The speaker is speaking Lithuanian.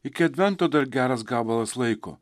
iki advento dar geras gabalas laiko